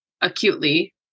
acutely